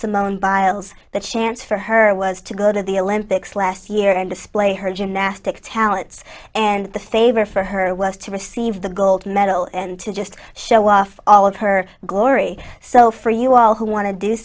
simone biles that chance for her was to go to the olympics last year and display her gymnastic talents and the favor for her was to receive the gold medal and to just show off all of her glory so for you all who want to do